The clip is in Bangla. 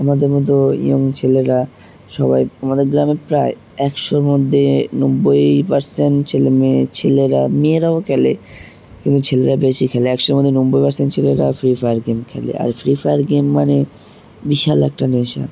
আমাদের মতো ইয়াং ছেলেরা সবাই আমাদের গ্রামে প্রায় একশোর মধ্যে নব্বই পার্সেন্ট ছেলে মেয়ে ছেলেরা মেয়েরাও খেলে কিন্তু ছেলেরা বেশি খেলে একশোর মধ্যে নব্বই পার্সেন্ট ছেলেরা ফ্রি ফায়ার গেম খেলে আর ফ্রি ফায়ার গেম মানে বিশাল একটা নেশা